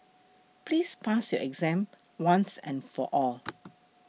please pass your exam once and for all